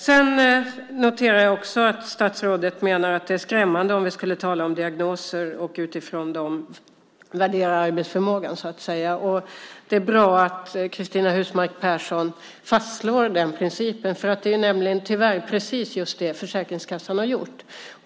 Jag noterar att statsrådet menar att det är skrämmande om vi skulle tala om diagnoser och utifrån dem värdera arbetsförmågan. Det är bra att Cristina Husmark Pehrsson fastslår den principen. Det är nämligen tyvärr precis det Försäkringskassan har gjort.